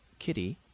kitty,